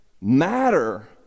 matter